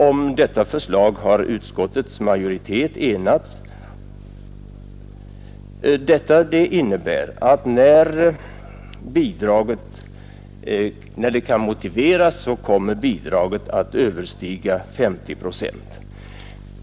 Om detta förslag har utskottets majoritet enats. Detta innebär att när det kan motiveras bidraget kommer att överstiga 50 procent.